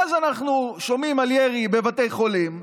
ואז אנחנו שומעים על ירי בבתי חולים,